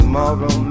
Tomorrow